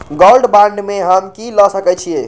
Gold bond में हम की ल सकै छियै?